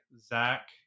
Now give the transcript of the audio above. Zach